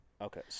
Okay